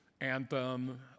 anthem